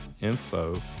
info